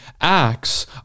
acts